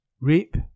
Rape